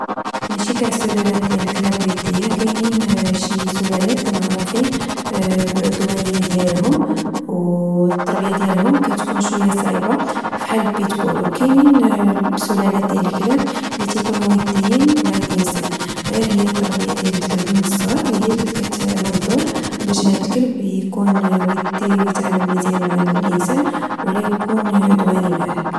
ماشي گاع السلالات ديال الكلاب ودية. كاين شي سلالات اللي معروفين بالعدوانية ديالهم، أو التربية ديالهم كتكون شويا صعيبة بحال البيتبول، و كاينين سلالات ديال الكلاب لتكنو وديين مع الإنسان، غير هي التربية ديال الكلب من الصغر هي لكتعمل دور باش هاد الكلب يكون ودي، ويتعامل مزيان مع الإنسان، ولا يكون عدواني معاه.